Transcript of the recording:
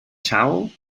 towel